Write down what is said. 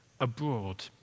abroad